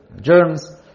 germs